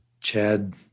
Chad